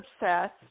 obsessed